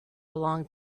long